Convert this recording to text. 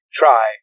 try